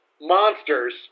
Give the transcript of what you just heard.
monsters